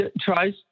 tries